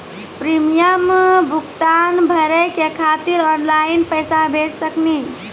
Premium भुगतान भरे के खातिर ऑनलाइन पैसा भेज सकनी?